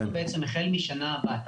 אנחנו בעצם החל מהשנה הבאה,